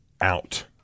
out